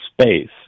space